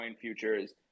futures